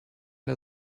der